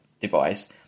device